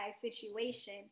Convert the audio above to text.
situation